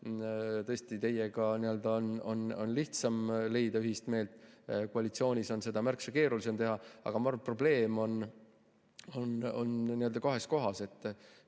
Tõesti, teiega on lihtsam leida ühist meelt, koalitsioonis on seda märksa keerulisem teha. Aga ma arvan, et probleem on kahes kohas: